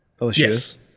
Yes